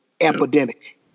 epidemic